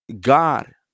God